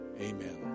amen